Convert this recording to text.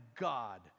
God